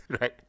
right